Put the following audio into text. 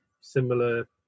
similar